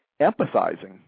empathizing